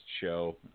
show